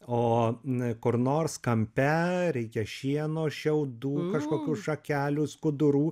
o n kur nors kampe reikia šieno šiaudų kažkokių šakelių skudurų